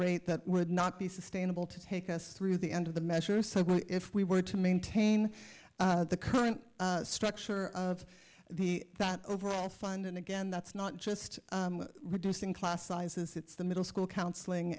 rate that would not be sustainable to take us through the end of the measure so if we were to maintain the current structure of the overall fund and again that's not just reducing class sizes it's the middle school counseling